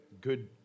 Good